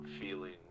feeling